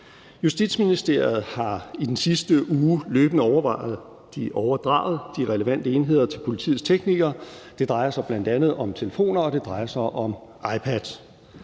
Justitsministeriet har i den sidste uge løbende overdraget de relevante enheder til politiets teknikere; det drejer sig bl.a. om telefoner og iPads.